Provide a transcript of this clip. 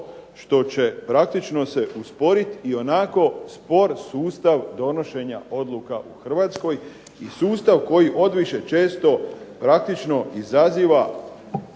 što će praktično se usporit ionako spor sustav donošenja odluka u Hrvatskoj i sustav koji odviše često praktično izaziva